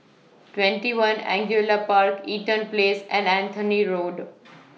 twenty one Angullia Park Eaton Place and Anthony Road